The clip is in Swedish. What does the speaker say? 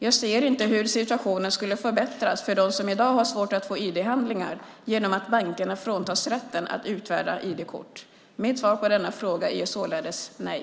Jag ser inte hur situationen skulle förbättras för dem som i dag har svårt att få ID-handlingar genom att bankerna fråntas rätten att utfärda ID-kort. Mitt svar på denna fråga är således nej.